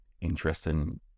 interesting